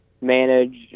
manage